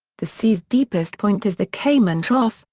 the sea's deepest point is the cayman trough,